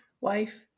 wife